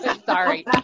Sorry